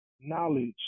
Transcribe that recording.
knowledge